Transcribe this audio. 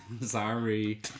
Sorry